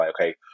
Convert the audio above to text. okay